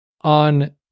on